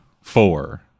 four